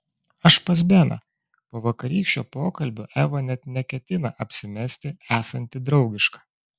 aš pas beną po vakarykščio pokalbio eva net neketina apsimesti esanti draugiška